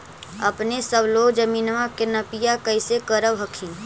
अपने सब लोग जमीनमा के नपीया कैसे करब हखिन?